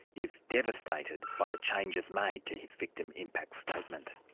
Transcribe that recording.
is devastated by the changes made to his victim impact statement.